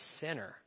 sinner